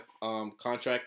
contract